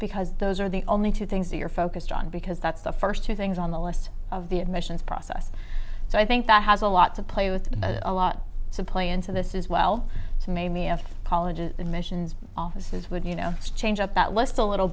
because those are the only two things that you're focused on because that's the first two things on the list of the admissions process so i think that has a lot to play with a lot of play into this is well it's made me a politician admissions offices would you know change up that list a little